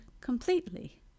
completely